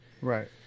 Right